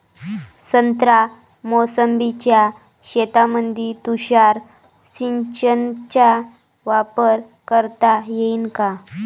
संत्रा मोसंबीच्या शेतामंदी तुषार सिंचनचा वापर करता येईन का?